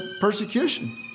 persecution